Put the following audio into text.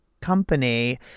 company